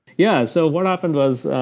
yeah. so what happened was